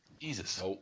Jesus